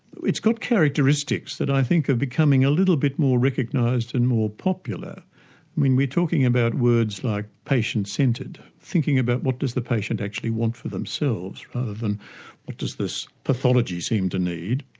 it's got characteristics that i think are becoming a little bit more recognised and more popular. i mean we're talking about words like patient centred, thinking about what does the patient actually want for themselves, rather than what does this pathology seem to need.